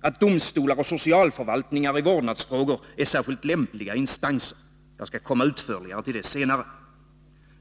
att domstolar och socialförvaltningar i vårdnadsfrågor är särskilt lämpliga instanser. Jag skall senare komma in på detta mera utförligt.